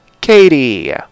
katie